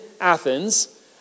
Athens